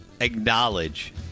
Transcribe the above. acknowledge